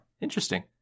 interesting